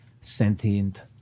sentient